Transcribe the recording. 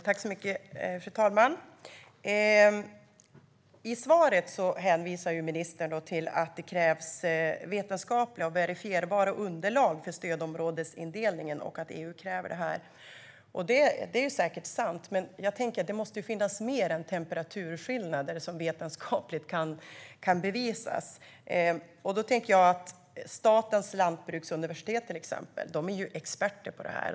Fru talman! I svaret hänvisar ministern till att EU kräver vetenskapliga och verifierbara underlag för stödområdesindelningen. Det är säkert sant, men jag tänker att det måste finnas mer än temperaturskillnader som vetenskapligt kan bevisas. Statens lantbruksuniversitet, till exempel, är experter på detta.